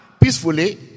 peacefully